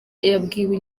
yabwiye